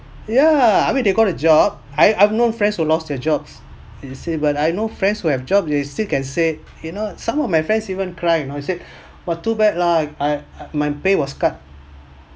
ya I mean they got a job I have known friends who lost their jobs in say but I know friends who have jobs they still can say you know some of my friends even cry you know and I said but too bad lah I my pay was cut